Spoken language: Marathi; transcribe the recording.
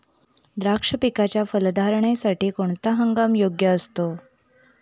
द्राक्ष पिकाच्या फलधारणेसाठी कोणता हंगाम योग्य असतो?